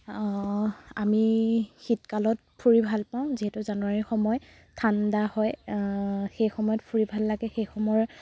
আমি শীতকালত ফুৰি ভাল পাওঁ যিহেতু জানুৱাৰীৰ সময় ঠাণ্ডা হয় সেই সময়ত ফুৰি ভাল লাগে সেই সময়ৰ